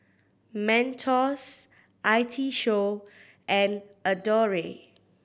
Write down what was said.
Mentos I T Show and Adore